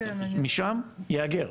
משם הוא יהגר,